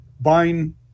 buying